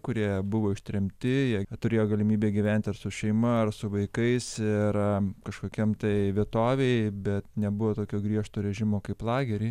kurie buvo ištremti jie turėjo galimybę gyvent ir su šeima ir su vaikais ir kažkokiam tai vietovėj bet nebuvo tokio griežto režimo kaip lagery